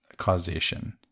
causation